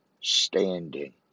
standing